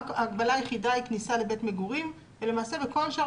ההגבלה היחידה היא כניסה לבית מגורים ולמעשה בכל שאר